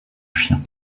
chien